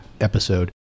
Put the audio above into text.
episode